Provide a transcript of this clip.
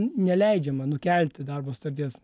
neleidžiama nukelti darbo sutarties